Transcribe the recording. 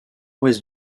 ouest